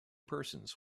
persons